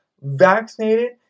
vaccinated